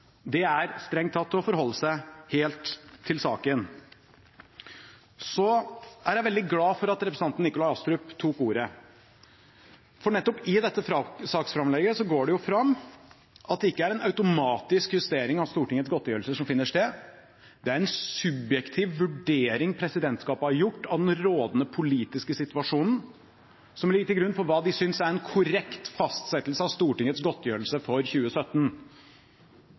Det er strengt tatt å forholde seg helt til saken. Så er jeg veldig glad for at representanten Nikolai Astrup tok ordet, for nettopp i dette saksframlegget går det fram at det ikke er en automatisk justering av Stortingets godtgjørelser som finner sted. Det er en subjektiv vurdering presidentskapet har gjort av den rådende politiske situasjonen, som ligger til grunn for hva de synes er en korrekt fastsettelse av Stortingets godtgjørelse for 2017.